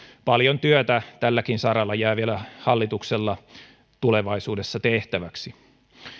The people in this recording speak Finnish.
paljon työtä tälläkin saralla jää vielä hallitukselle tulevaisuudessa tehtäväksi